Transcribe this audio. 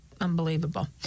unbelievable